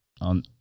on